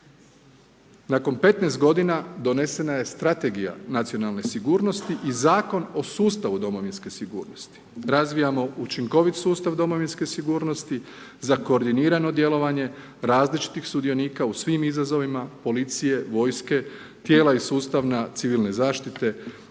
Nakon 15 g. donesena je Strategija nacionalne sigurnosti i Zakon o sustavu Domovinske sigurnosti, razvijamo učinkovit sustav Domovinske sigurnosti za koordinirano djelovanje različitih sudionika u svim izazovima policije, vojske, tijela i sustav civilne zaštite,